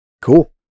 Cool